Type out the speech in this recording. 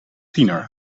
tiener